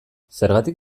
zergatik